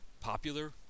popular